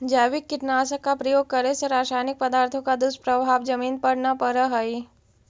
जैविक कीटनाशक का प्रयोग करे से रासायनिक पदार्थों का दुष्प्रभाव जमीन पर न पड़अ हई